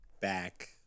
back